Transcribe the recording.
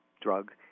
drug